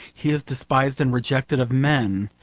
he is despised and rejected of men,